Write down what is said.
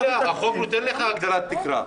החוק נותן לך הגדלת תקרה.